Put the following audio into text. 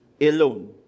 alone